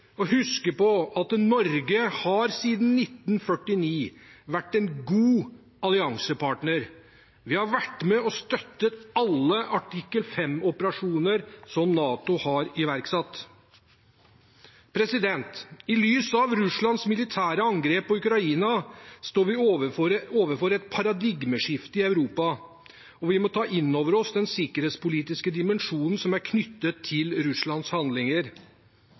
å huske på at Norge siden 1949 har vært en god alliansepartner. Vi har vært med og støttet alle artikkel 5-operasjoner som NATO har iverksatt. I lys av Russlands militære angrep på Ukraina står vi overfor et paradigmeskifte i Europa, og vi må ta inn over oss den sikkerhetspolitiske dimensjonen som er knyttet til Russlands handlinger.